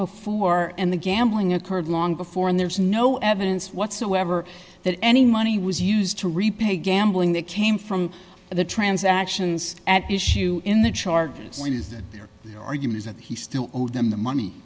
before and the gambling occurred long before and there's no evidence whatsoever that any money was used to repay gambling that came from the transactions at issue in the charges when is that their argument that he still owed them the money